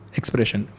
expression